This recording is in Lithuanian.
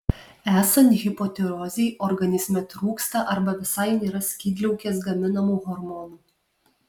esant hipotirozei organizme trūksta arba visai nėra skydliaukės gaminamų hormonų